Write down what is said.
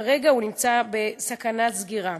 וכרגע הוא נמצא בסכנת סגירה.